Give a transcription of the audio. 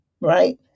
right